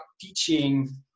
teaching